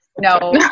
no